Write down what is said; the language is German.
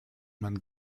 man